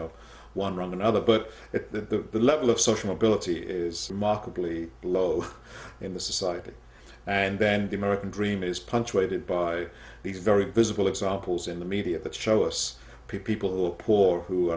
know one run the other but at the level of social mobility is markedly low in the society and then the american dream is punctuated by these very visible examples in the media that show us people who are poor who